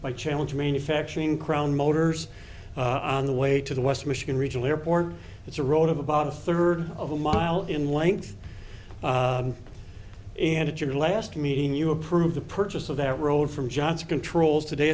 by challenge manufacturing crown motors on the way to the west michigan regional airport it's a roll of about a third of a mile in length and it's your last meeting you approve the purchase of that road from johnson controls today